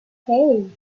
hey